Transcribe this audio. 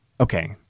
Okay